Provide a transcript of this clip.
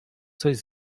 coś